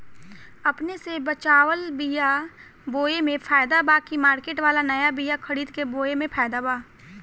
अपने से बचवाल बीया बोये मे फायदा बा की मार्केट वाला नया बीया खरीद के बोये मे फायदा बा?